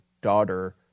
daughter